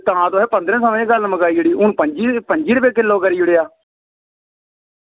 तां तुसें पंदरां सवें गल्ल मकाई ओड़ी हून तुसें पं'जी पं'जी रपेऽ किलो करी ओड़ेआ